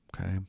okay